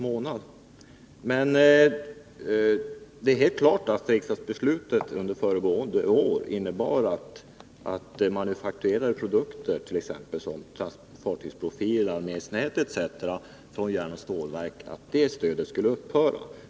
Det är klart att förra årets riksdagsbeslut innebar att stödet för manufakturerade produkter, t.ex. fartygsprofiler och armeringsnät, från järnoch stålverk skulle upphöra.